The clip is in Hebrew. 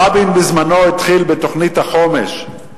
רבין בזמנו התחיל בתוכנית החומש,